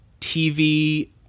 TV